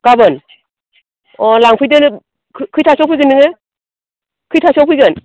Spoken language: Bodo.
गाबोन अह लांफैदो खै खैथासोआव फैगोन नोङो खैथासोआव फैगोन